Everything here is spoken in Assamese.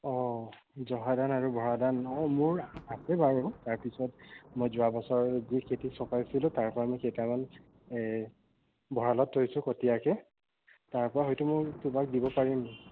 অঁ জহা ধান আৰু বৰা ধান অ' মোৰ আছে বাৰু তাৰপিছত মই যোৱা বছৰ যি খেতি চপাইছিলো তাৰপৰা মই কেইটামান ভঁৰালত থৈছোঁ কতিয়াকৈ তাৰপৰা হয়তো মোৰ তোমাক দিব পাৰিম